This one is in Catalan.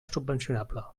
subvencionable